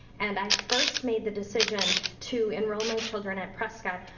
and i first made the decision to enroll my children at prescott,